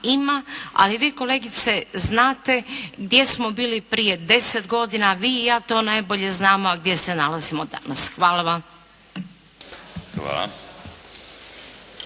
ali vi kolegice znate gdje smo bili prije 10 godina? Vi i ja to najbolje znamo, a gdje se nalazimo danas. Hvala vam.